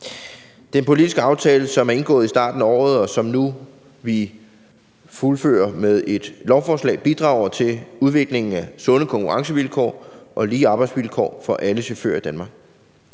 Den politiske aftale, som er indgået i starten af året, og som vi nu fuldfører med et lovforslag, bidrager til udviklingen af sunde konkurrencevilkår og lige arbejdsvilkår for alle chauffører i Danmark.